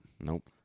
Nope